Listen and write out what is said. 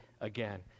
again